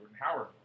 Howard